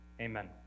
Amen